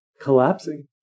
collapsing